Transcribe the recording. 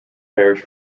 parish